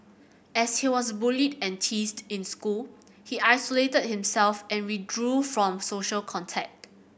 as he was bullied and teased in school he isolated himself and withdrew from social contact